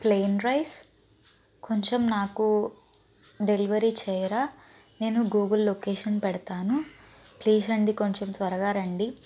plain rice కొంచెం నాకు delivery చేయరా నేను గూగుల్ లొకేషన్ పెడతాను ప్లీస్ అండి కొంచెం త్వరగా రండి